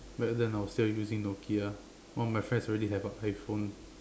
back then I was still using Nokia one of my friends already have a iPhone